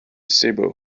cebu